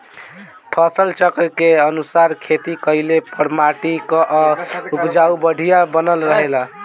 फसल चक्र के अनुसार खेती कइले पर माटी कअ उपजाऊपन बढ़िया बनल रहेला